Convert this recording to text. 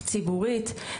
פגשתי את הצוות שלו,